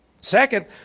Second